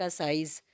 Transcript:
size